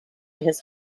his